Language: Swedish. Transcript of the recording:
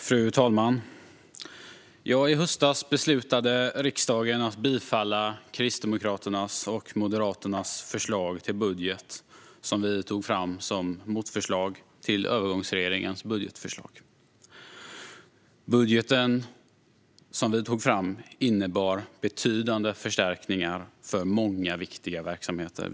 Fru talman! I höstas beslutade riksdagen att bifalla Kristdemokraternas och Moderaternas förslag till budget, som vi tog fram som motförslag till övergångsregeringens budgetförslag. Den budget vi tog fram innebar betydande förstärkningar för många viktiga verksamheter.